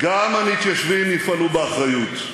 גם המתיישבים יפעלו באחריות.